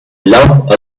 love